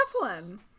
one